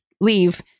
leave